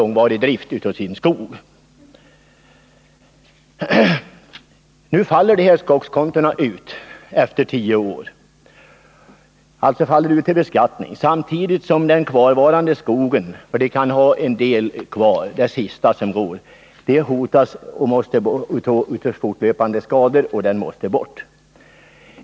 Nu utfaller skogskontona till beskattning efter tio år, samtidigt som den kvarvarande skogen — det kan finnas en del kvar, det sista som går — hotas av fortlöpande skador och måste avverkas.